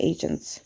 Agents